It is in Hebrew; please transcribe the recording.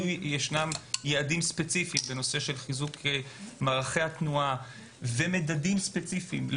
ישנם יעדים ספציפיים בנושא של חיזוק מערכי התנועה ומדדים ספציפיים,